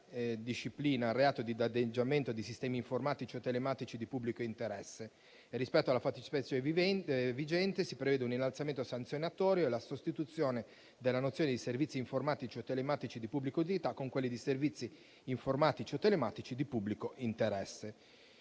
disciplina il reato di danneggiamento di sistemi informatici o telematici di pubblico interesse. Rispetto alla fattispecie vigente, si prevedono un innalzamento sanzionatorio e la sostituzione della nozione di servizi informatici o telematici di pubblica utilità con quella di servizi informatici o telematici di pubblico interesse.